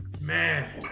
man